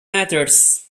metres